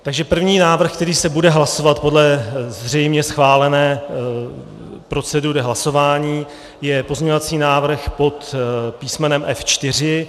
Takže první návrh, který se bude hlasovat podle zřejmě schválené procedury hlasování, je pozměňovací návrh pod písmenem F4.